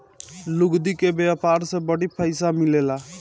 लुगदी के व्यापार से बड़ी पइसा मिलेला